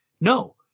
No